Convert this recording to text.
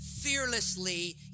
fearlessly